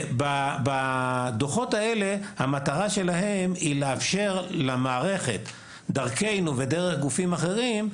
מטרת הדוחות האלה זה לאפשר למערכת דרכנו ודרך גופים אחרים,